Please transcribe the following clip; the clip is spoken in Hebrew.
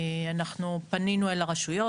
אנחנו פנינו אל הרשויות.